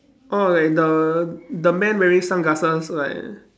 orh like the the man wearing sunglasses right